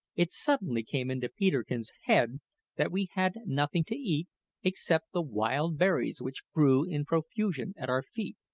it suddenly came into peterkin's head that we had nothing to eat except the wild berries which grew in profusion at our feet.